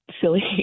silly